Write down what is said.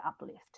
uplift